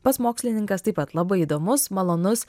pats mokslininkas taip pat labai įdomus malonus